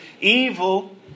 evil